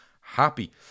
happy